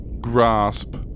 grasp